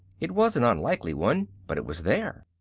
it was an unlikely one, but it was there.